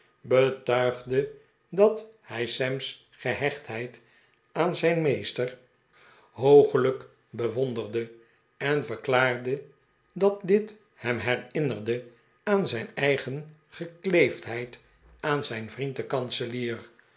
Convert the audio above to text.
betuigde dat hij sam's gehechtheid aan zijn meester l de pick wick club hoogelijk bewonderde en verklaarde dat dit hem herinnerde aan zijn eigen verkleefdheid aan zijn vriend den kanselier